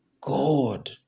God